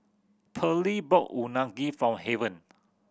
Pearly bought Unagi for Haven